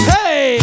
Hey